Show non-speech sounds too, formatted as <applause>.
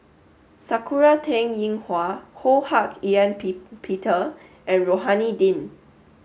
Sakura Teng Ying Hua Ho Hak Ean <unintelligible> Peter and Rohani Din